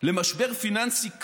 למשבר פיננסי קשה,